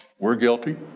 we're guilty.